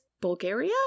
Bulgaria